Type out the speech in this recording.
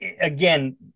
again